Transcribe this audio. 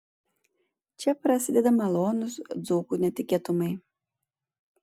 čia prasideda malonūs dzūkų netikėtumai